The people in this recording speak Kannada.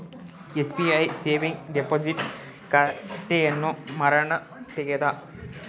ಎಸ್.ಬಿ.ಐ ಸೇವಿಂಗ್ ಡಿಪೋಸಿಟ್ ಖಾತೆಯನ್ನು ಮಾರಣ್ಣ ತೆಗದ